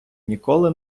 ніколи